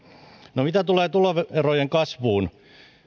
mitä tulee tuloerojen kasvuun